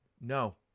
No